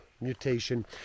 mutation